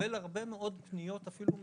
מקבל הרבה מאוד פניות אפילו מהילדים.